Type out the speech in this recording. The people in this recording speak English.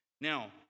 Now